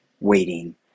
waiting